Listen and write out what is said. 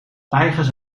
tijgers